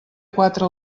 quatre